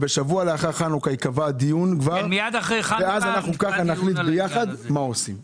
שבוע לאחר חנוכה ייקבע הדיון ונחליט ביחד מה עושים.